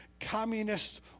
communist